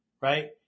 right